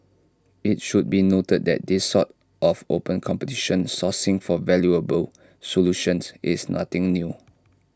IT should be noted that this sort of open competition sourcing for valuable solutions is nothing new